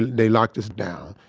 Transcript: they locked us down.